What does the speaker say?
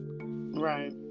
Right